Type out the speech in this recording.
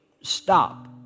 stop